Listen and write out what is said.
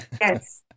Yes